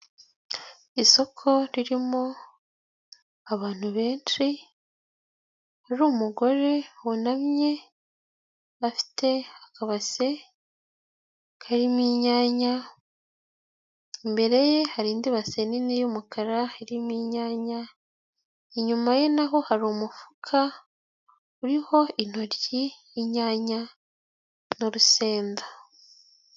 Isoko ririmo abantu benshi, ari umugore wunamye afite akabase karimo inyanya, imbere ye hari indibase nini y'umukara irimo inyanya, inyuma ye naho hari umufuka uriho intoryi, inyanya n'urusenda.